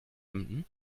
emden